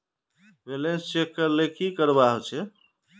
Balance check करले की करवा होचे?